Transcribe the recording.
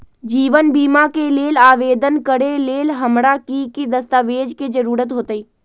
जीवन बीमा के लेल आवेदन करे लेल हमरा की की दस्तावेज के जरूरत होतई?